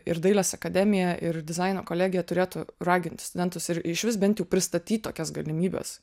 ir dailės akademija ir dizaino kolegija turėtų raginti studentus ir išvis bent jau pristatyt tokias galimybes